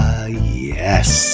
yes